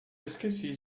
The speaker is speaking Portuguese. esqueci